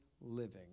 living